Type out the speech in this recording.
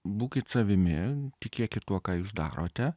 būkit savimi tikėkit tuo ką jūs darote